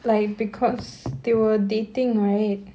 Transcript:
like because they were dating right